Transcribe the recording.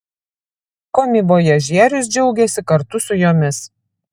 komivojažierius džiaugėsi kartu su jomis